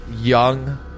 young